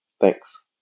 Thanks